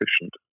efficient